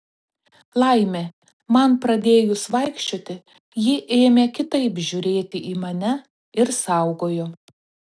laimė man pradėjus vaikščioti ji ėmė kitaip žiūrėti į mane ir saugojo